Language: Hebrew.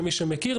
למי שמכיר,